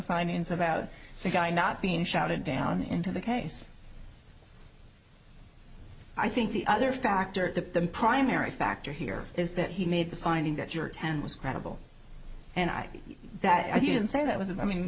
findings about the guy not being shouted down into the case i think the other factor the primary factor here is that he made the finding that your town was credible and i that i didn't say that wasn't i mean